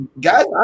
guys